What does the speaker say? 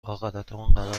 قرار